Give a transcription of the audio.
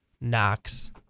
Knox